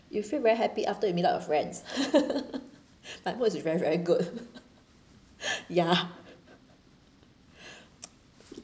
you feel very happy after you meet up your friends my mood is very very good ya